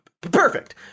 perfect